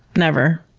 never.